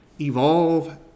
Evolve